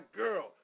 girl